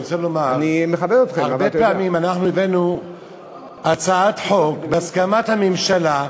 אני רוצה לומר שהרבה פעמים אנחנו הבאנו הצעת חוק בהסכמת הממשלה,